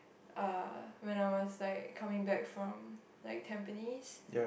uh when I was like coming back from like Tampines